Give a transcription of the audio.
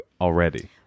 already